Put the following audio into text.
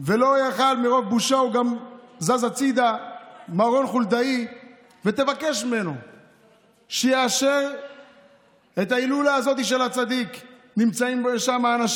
שגם לזה אנחנו נמצא פתרון בזמן שכולם פה צועקים ומנסים למשוך זמנים